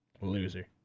Loser